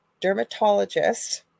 dermatologist